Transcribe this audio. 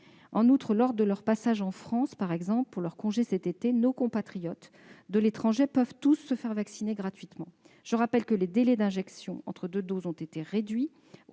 En outre, lors de leur passage en France, par exemple pour leurs congés, cet été, nos compatriotes de l'étranger peuvent tous se faire vacciner gratuitement. Je rappelle que les délais d'injection entre deux doses ont été réduits